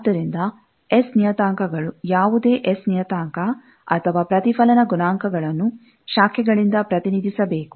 ಆದ್ದರಿಂದ ಎಸ್ ನಿಯತಾಂಕಗಳು ಯಾವುದೇ ಎಸ್ ನಿಯತಾಂಕ ಅಥವಾ ಪ್ರತಿಫಲನ ಗುಣಾಂಕಗಳನ್ನು ಶಾಖೆಗಳಿಂದ ಪ್ರತಿನಿಧಿಸಬೇಕು